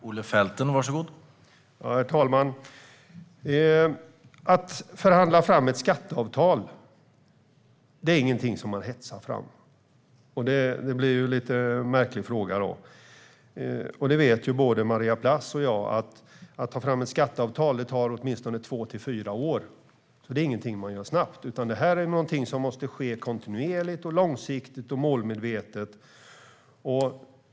Herr talman! Ett skatteavtal som man förhandlar fram är inget man hetsar fram - det blir en lite märklig fråga. Både Maria Plass och jag vet att det tar åtminstone två till fyra år att ta fram ett skatteavtal, så det är inget man gör snabbt, utan det är något som måste ske kontinuerligt, långsiktigt och målmedvetet.